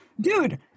dude